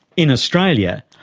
in australia,